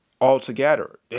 altogether